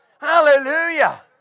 Hallelujah